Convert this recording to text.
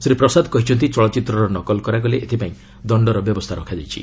ଶ୍ରୀ ପ୍ରସାଦ କହିଛନ୍ତି ଚଳଚ୍ଚିତ୍ରର ନକଲ କରାଗଲେ ଏଥିପାଇଁ ଦଶ୍ଚର ବ୍ୟବସ୍ଥା ରଖାଯାଇଛି